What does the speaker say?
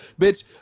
bitch